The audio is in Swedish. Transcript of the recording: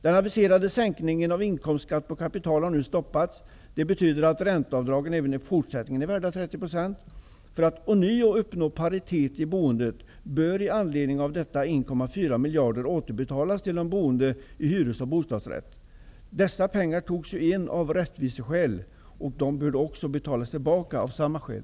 Den aviserade sänkningen av skatten på kapital har nu stoppats. Det betyder att ränteavdragen även i fortsättningen är värda 30 %. För att ånyo uppnå paritet i boendet bör, med anledning av detta, 1,4 miljarder återbetalas till de boende i hyresrätter och bostadsrätter. Dessa pengar togs ju in av rättviseskäl, och de bör betalas tillbaka av samma skäl.